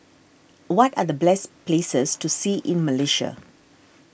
what are the bless places to see in Malaysia